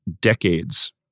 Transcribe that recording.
decades